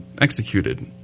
executed